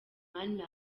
mani